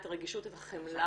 את הרגישות ואת החמלה